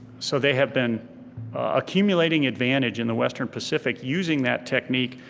so they have been accumulating advantage in the western pacific using that technique,